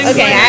Okay